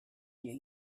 you